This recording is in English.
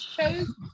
shows